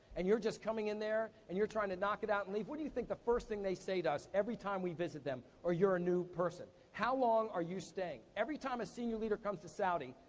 and you're just coming in there and you're trying to knock it out and leave, what do you think the first they say to us every time we visit them, or you're a new person. how long are you staying? every time a senior leader comes to saudi,